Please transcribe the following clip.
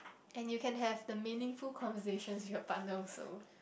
and you can have the meaningful conversations with your partner also